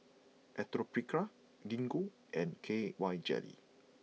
Atopiclair Gingko and K Y Jelly